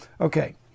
Okay